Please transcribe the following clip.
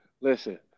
Listen